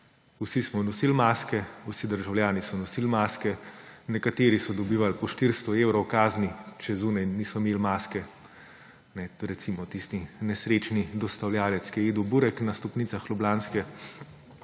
vsi smo nosili maske, vsi državljani so nosili maske. Nekateri so dobivali po 400 evrov kazni, če zunaj niso imeli maske, recimo tisti nesrečni dostavljavec, ki je jedel burek na stopnicah ljubljanske